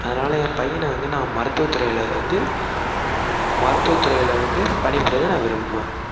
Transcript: அதனால் என் பையனை வந்து நான் மருத்துவத்துறையில் வந்து மருத்துவத்துறையில் வந்து பணிபுரிய தான் நான் விரும்புவேன்